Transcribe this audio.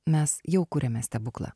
mes jau kuriame stebuklą